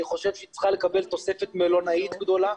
ואני חושב שהיא צריכה לקבל תוספת מלונאית גדולה.